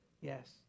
yes